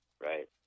right